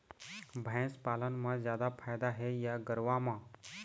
भैंस पालन म जादा फायदा हे या गरवा म?